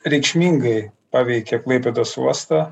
reikšmingai paveikė klaipėdos uostą